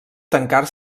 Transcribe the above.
tancar